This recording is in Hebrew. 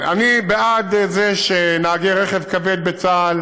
אני חד-משמעית בעד שנהגי רכב כבד בצה"ל